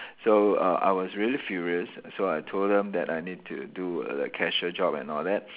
so uh I was really furious so I told them that I need to do the cashier job and all that